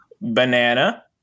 banana